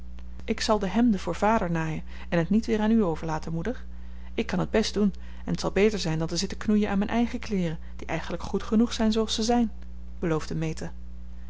ik zal de hemden voor vader naaien en het niet weer aan u overlaten moeder ik kan het best doen en t zal beter zijn dan te zitten knoeien aan mijn eigen kleeren die eigenlijk goed genoeg zijn zooals ze zijn beloofde meta